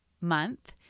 month